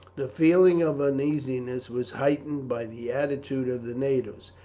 the feeling of uneasiness was heightened by the attitude of the natives.